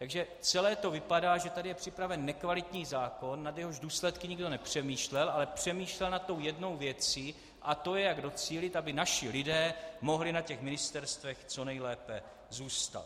Takže celé to vypadá, že tady je připraven nekvalitní zákon, nad jehož důsledky nikdo nepřemýšlel, ale přemýšlel nad tou jednou věcí jak docílit, aby naši lidé mohli na těch ministerstvech mohli co nejlépe zůstat.